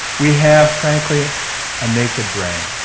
we have frankly a naked brain.